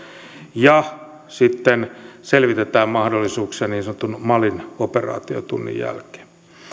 ja sitten selvitetään mahdollisuuksia niin sanotun malin operaatiotunnin jälkeen